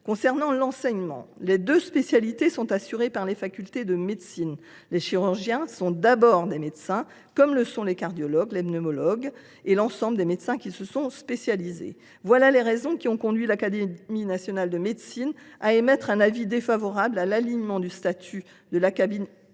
requises. L’enseignement de ces deux spécialités est assuré par les facultés de médecine. Les chirurgiens sont d’abord des médecins, comme le sont les cardiologues, les pneumologues et l’ensemble des médecins qui se sont spécialisés. Voilà les raisons qui ont conduit l’Académie nationale de médecine à émettre un avis défavorable à un alignement du statut de l’Académie nationale